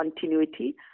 continuity